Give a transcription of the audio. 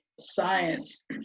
science